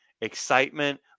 excitement